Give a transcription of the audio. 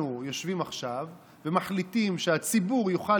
אנחנו יושבים עכשיו ומחליטים שהציבור יוכל